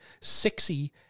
sexy